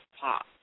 pop